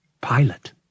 Pilot